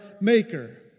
Maker